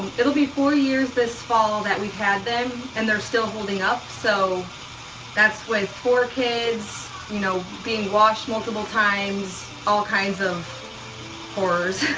it'll be four years this fall that we've had them and they're still holding up so that's with four kids, you know, being washed multiple times, all kinds of horrors.